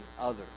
others